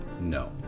No